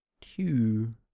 two